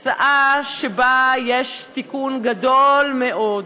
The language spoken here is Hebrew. הצעה שבה יש תיקון גדול מאוד.